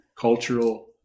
cultural